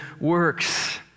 works